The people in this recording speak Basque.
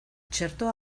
txertoa